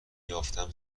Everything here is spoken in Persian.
یافتیم